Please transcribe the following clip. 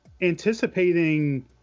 anticipating